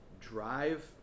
drive